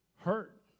hurt